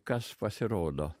kas pasirodo